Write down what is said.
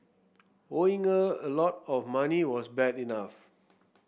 owing her a lot of money was bad enough